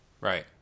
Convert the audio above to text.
Right